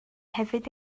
hefyd